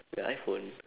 ya iPhone